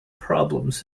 problems